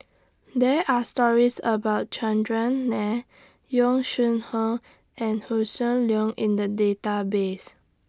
There Are stories about Chandran Nair Yong Shu Hoong and Hossan Leong in The Database